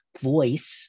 voice